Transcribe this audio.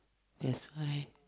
that's why